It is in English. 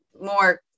more